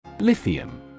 Lithium